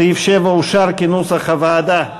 סעיף 7 אושר כנוסח הוועדה.